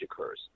occurs